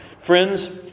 Friends